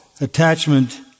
attachment